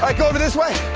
like over this way,